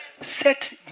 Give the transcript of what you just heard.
set